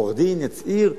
או עורך-דין יצהיר.